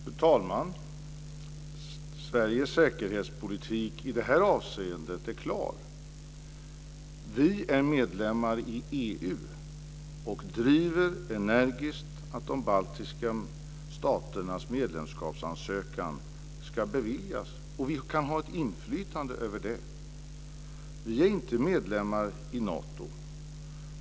Fru talman! Sveriges säkerhetspolitik i det här avseendet är klar. Vi är medlemmar i EU och driver energiskt att de baltiska staternas medlemskapsansökan ska beviljas, och vi kan ha ett inflytande över det. Vi är inte medlemmar i Nato.